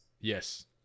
Yes